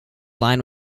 line